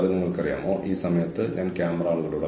അതിനാൽ വാക്ക് സിദ്ധാന്തം ആ സമയത്ത് പ്രവർത്തനത്തിലായിരുന്നു